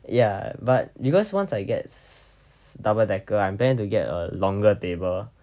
ya but because once I get s~ double decker I'm planing to get a longer table